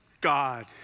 God